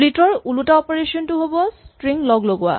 split ৰ ওলোটা operation টো হ'ব স্ট্ৰিং লগলগোৱা